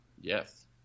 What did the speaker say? Yes